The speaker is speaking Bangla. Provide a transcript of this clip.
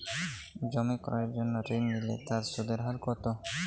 জমি ক্রয়ের জন্য ঋণ নিলে তার সুদের হার কতো?